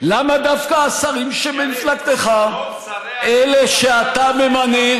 למה דווקא השרים ממפלגתך, אלה שאתה ממנה?